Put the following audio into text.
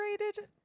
rated